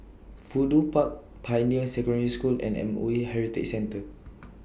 Fudu Park Pioneer Secondary School and M O E Heritage Centre